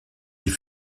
die